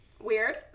Weird